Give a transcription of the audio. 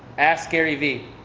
ask gary vee.